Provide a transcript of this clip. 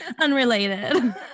Unrelated